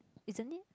isn't it